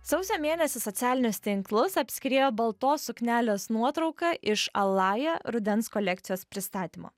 sausio mėnesį socialinius tinklus apskriejo baltos suknelės nuotrauka iš alaja rudens kolekcijos pristatymo